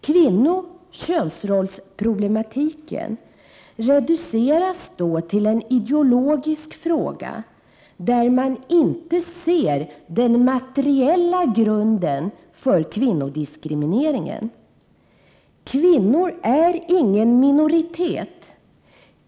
Kvinno/könsrollsproblematiken reduceras då till en ideologisk fråga där man inte ser den materiella grunden för kvinnodiskrimineringen. Kvinnor är ingen minoritet.